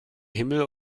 himmel